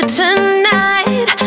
tonight